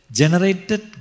generated